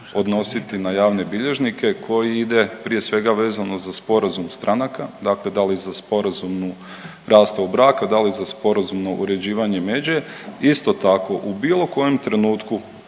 odnositi na javne bilježnike koji ide prije svega vezano za sporazum stranaka, dakle da li za sporazumnu rastavu braka, da li za sporazumno uređivanje međe. Isto tako u bilo kojem trenutku